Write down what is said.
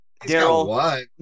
Daryl